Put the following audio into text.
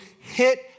hit